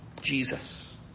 Jesus